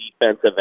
defensive